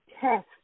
test